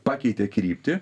pakeitė kryptį